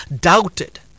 doubted